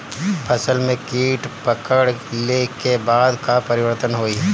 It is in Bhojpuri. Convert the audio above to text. फसल में कीट पकड़ ले के बाद का परिवर्तन होई?